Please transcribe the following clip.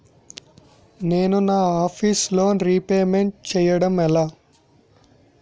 నేను నా office loan repayment చేయడం ఎలా?